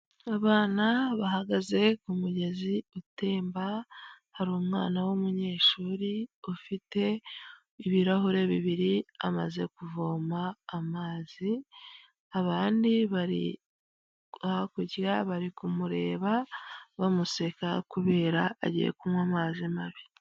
Abana bahagaze ku mugezi utemba, hari umwana w'umunyeshuri ufite ibirahure bibiri, amaze kuvoma amazi, abandi bari hakurya bari kumureba bamuseka kubera agiye kunywa amazi mabi.